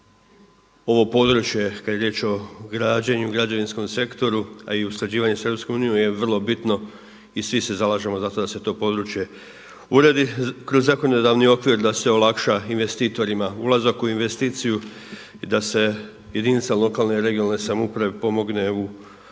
ovo područje kada je riječ o građenju, građevinskom sektoru a i usklađivanje sa Europskom unijom je vrlo bitno i svi se zalažemo za to da se to područje uredi, kroz zakonodavni okvir da se olakša investitorima ulazak u investiciju i da se jedinicama lokalne i regionalne samouprave pomogne u